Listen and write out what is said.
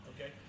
Okay